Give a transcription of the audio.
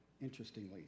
interestingly